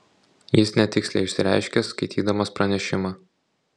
jis netiksliai išsireiškė skaitydamas pranešimą